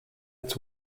its